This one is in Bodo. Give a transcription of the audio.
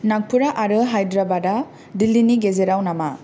नागपुरा आरो हाइद्राबादा दिल्लिनि गेजेराव नामा